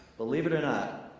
believe it or not.